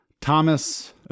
Thomas